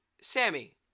Sammy